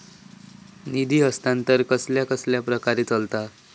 निधी हस्तांतरण कसल्या कसल्या प्रकारे चलता?